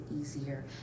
easier